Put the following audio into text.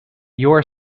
your